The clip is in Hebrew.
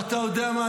ואתה יודע מה?